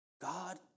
God